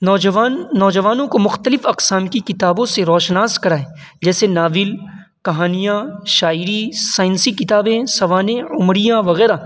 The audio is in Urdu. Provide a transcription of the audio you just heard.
نوجوان نوجوانوں کو مختلف اقسام کی کتابوں سے روشناس کرائیں جیسے ناول کہانیاں شاعری سائنسی کتابیں سوانح عمریاں وغیرہ